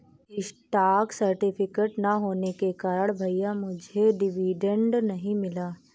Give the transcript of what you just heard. stock certificate ना होने के कारण भैया मुझे डिविडेंड नहीं मिला